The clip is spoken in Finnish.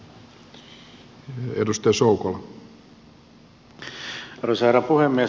arvoisa herra puhemies